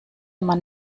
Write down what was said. man